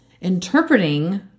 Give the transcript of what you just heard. interpreting